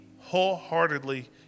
wholeheartedly